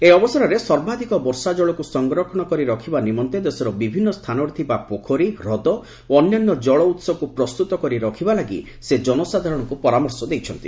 ଏହି ଅବସରରେ ସର୍ବାଧିକ ବର୍ଷାଜଳକୁ ସଂରକ୍ଷଣ କରି ରଖିବା ନିମନ୍ତେ ଦେଶର ବିଭିନ୍ନ ସ୍ଥାନରେ ଥିବା ପୋଖରୀ ହ୍ରଦ ଓ ଅନ୍ୟାନ୍ୟ କଳଉହକୁ ପ୍ରସ୍ତୁତ କରି ରଖିବା ଲାଗି ସେ ଜନସାଧାରଣଙ୍କୁ ପରାମର୍ଶ ଦେଇଛନ୍ତି